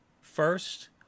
first